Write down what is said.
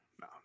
no